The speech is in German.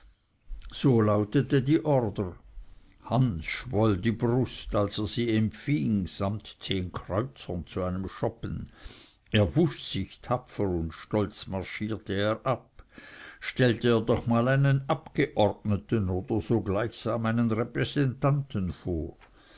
so lautete die ordre hans schwoll die brust als er sie empfing samt zehn kreuzern zu einem schoppen er wusch sich tapfer und stolz marschierte er ab stellte er doch mal einen abgeordneten oder so gleichsam einen repräsentanten vor